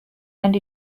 and